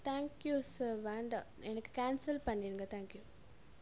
thank you sir வேண்டாம் எனக்கு cancel பண்ணிடுங்க தேங்க்யூ